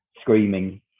screaming